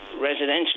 residential